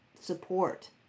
support